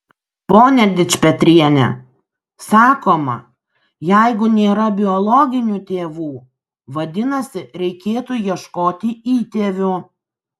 pone dičpetriene sakoma jeigu nėra biologinių tėvų vadinasi reikėtų ieškoti įtėvių